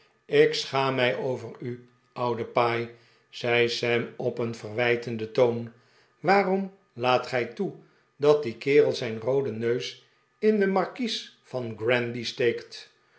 ik schaam mij over u oude paai zei sam op een verwijtenden toon waarom laat gij toe dat die kerel zijn rooden neus in de markies van granby steekt